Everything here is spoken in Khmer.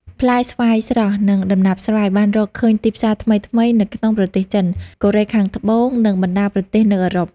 ផ្លែស្វាយស្រស់ និងដំណាប់ស្វាយ បានរកឃើញទីផ្សារថ្មីៗនៅក្នុងប្រទេសចិន កូរ៉េខាងត្បូង និងបណ្ដាប្រទេសនៅអឺរ៉ុប។